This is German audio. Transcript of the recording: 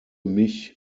mich